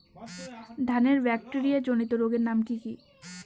ধানের ব্যাকটেরিয়া জনিত রোগের নাম কি?